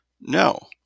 No